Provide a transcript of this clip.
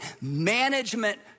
management